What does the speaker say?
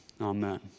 Amen